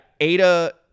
Ada